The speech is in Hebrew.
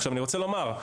עכשיו, אני רוצה לומר: